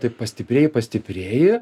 taip pastiprėji pastiprėji